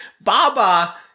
Baba